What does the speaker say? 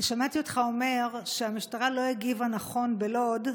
שמעתי אותך אומר שהמשטרה לא הגיבה נכון בלוד.